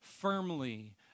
firmly